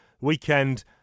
weekend